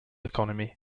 economy